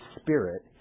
Spirit